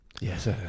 Yes